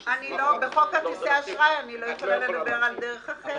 בחוק כרטיסי אשראי אני לא יכולה לדבר על "דרך אחרת".